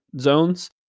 zones